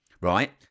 right